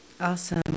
Awesome